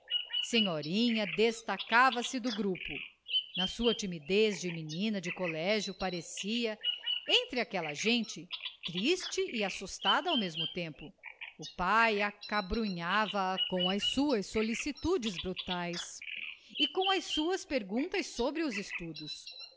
senhorinha destacava-se do grupo na sua timidez de menina de colégio parecia entre aquela gente triste e assustada ao mesmo tempo o pai acabrunhava a com as suas solicitudes brutais e com as suas perguntas sobre os estudos